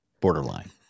borderline